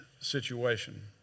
situation